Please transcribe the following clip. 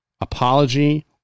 apology